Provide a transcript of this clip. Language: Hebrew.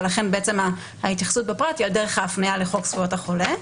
ולכן ההתייחסות בפרט היא על דרך ההפניה לחוק זכויות החולה.